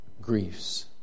griefs